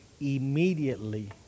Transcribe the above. immediately